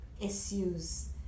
issues